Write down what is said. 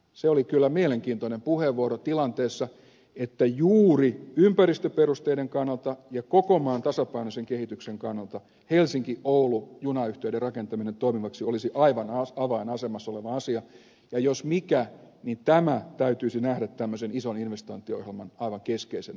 se oli kyllä mielenkiintoinen puheenvuoro tilanteessa että juuri ympäristöperusteiden kannalta ja koko maan tasapainoisen kehityksen kannalta helsinkioulu junayhteyden rakentaminen toimivaksi olisi aivan avainasemassa oleva asia ja jos mikä niin tämä täytyisi nähdä tämmöisen ison investointiohjelman aivan keskeisenä asiana